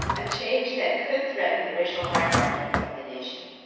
a change that could threaten the racial hierarchy of the nation.